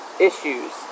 Issues